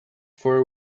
for